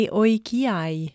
oikiai